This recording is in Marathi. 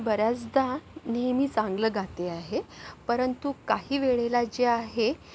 मी बऱ्याचदा नेहमी चांगलं गाते आहे परंतु काही वेळेला जे आहे